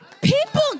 People